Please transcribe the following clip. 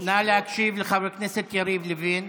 להקשיב לחבר הכנסת יריב לוין.